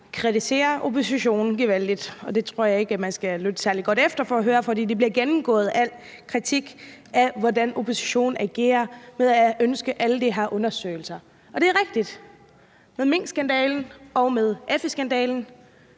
kritiserer oppositionen gevaldigt. Det tror jeg ikke man skal lytte særlig godt efter for at høre, for i al kritikken bliver det gennemgået, hvordan oppositionen agerer i forhold til at ønske alle de her undersøgelser. Det er rigtigt. Med minkskandalen og med FE-skandalen